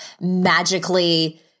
magically